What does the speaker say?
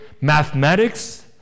mathematics